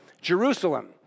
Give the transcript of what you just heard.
Jerusalem